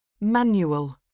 manual